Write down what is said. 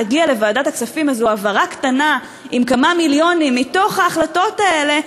תגיע לוועדת הכספים איזו העברה קטנה עם כמה מיליונים מתוך ההחלטות האלה,